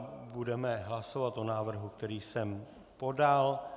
Budeme hlasovat o návrhu, který jsem podal.